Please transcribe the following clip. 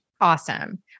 Awesome